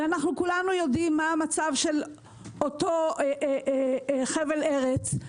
וכולנו יודעים מה המצב של אותו חבל ארץ.